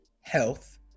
health